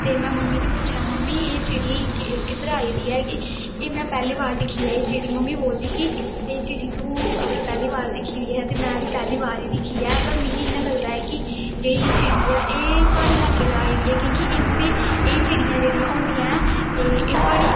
ते में मम्मी गी पुच्छेआ मम्मी एह् चिड़ी किद्धरा आई दी ऐ एह् में पैहली बार दिक्खी ऐ एह् चिड़ी मम्मी बोलदी कि एह् चिड़ी तूं अगर पैहली बार दिक्खी ऐ ते में बी पैहली बार गै दिक्खी ऐ पर मिगी इयां लगदा कि जेहडी ऐ चिड़ी ऐ एह् प्हाड़ी ल्हाके दा आई दे हे क्योकि इंदी एह् चिडि़यां जेहडियां होंदियां ऐ प्हाड़ी